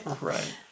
Right